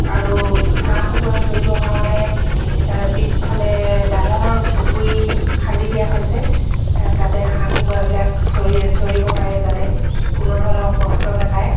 আৰু হাঁহ কুকুৰা চৰিবৰ কাৰণে পিছফালে ডাঙৰ পুখুৰী খান্দি দিয়া হৈছে তাতে হাঁহ কুকুৰাবিলাক চৰি চৰিব পাৰে যাতে কোনো ধৰণৰ কষ্ট নেপায়